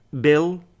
Bill